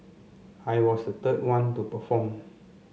I was the third one to perform